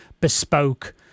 bespoke